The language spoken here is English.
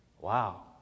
Wow